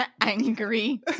Angry